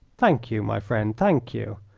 thank you, my friend, thank you!